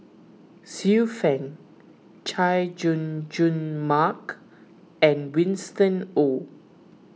Xiu Fang Chay Jung Jun Mark and Winston Oh